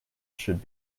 should